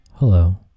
Hello